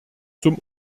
zum